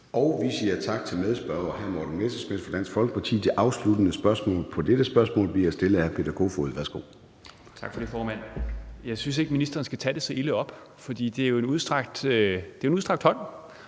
Vi siger tak til medspørgeren, hr. Morten Messerschmidt fra Dansk Folkeparti. Det afsluttende spørgsmål på dette spørgsmål bliver stillet af hr. Peter Kofod. Værsgo. Kl. 13:31 Peter Kofod (DF): Tak for det, formand. Jeg synes ikke, at ministeren skal tage det så ilde op. For det er jo en udstrakt hånd